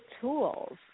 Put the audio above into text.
tools